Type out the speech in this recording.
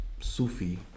Sufi